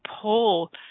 pull